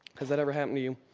has that ever happened to you?